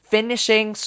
Finishing